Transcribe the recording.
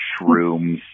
shrooms